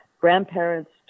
grandparents